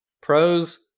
pros